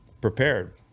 prepared